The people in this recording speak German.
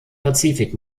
pazifik